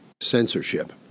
censorship